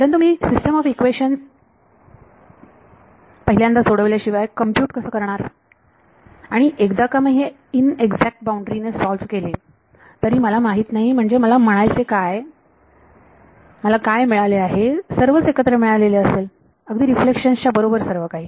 परंतु मी system of equations पहिल्यांदा सोडवल्या शिवाय कंप्यूट कसं करणार आणि एकदा का हे मी इनएक्झॅक्ट बाउंड्री ने सॉव्ह केले तरी मला माहित नाही म्हणजे मला म्हणायचे मला काय काय मिळाले आहे सर्वच एकत्र मिळालेले असेल अगदी रिफ्लेक्शन्स च्या बरोबर सर्व काही